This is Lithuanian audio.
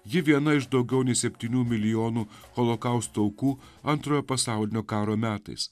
ji viena iš daugiau nei septynių milijonų holokausto aukų antrojo pasaulinio karo metais